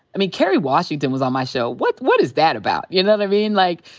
i mean, kerry washington was on my show. what what is that about? you know what i mean? like,